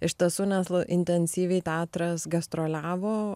iš tiesų nes la intensyviai teatras gastroliavo